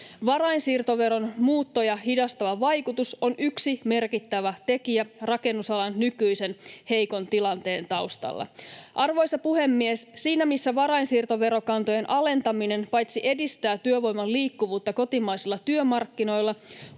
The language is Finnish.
Varainsiirtoveron muuttoja hidastava vaikutus on yksi merkittävä tekijä rakennusalan nykyisen heikon tilanteen taustalla. Arvoisa puhemies! Siinä missä varainsiirtoverokantojen alentaminen paitsi edistää työvoiman liikkuvuutta kotimaisilla työmarkkinoilla,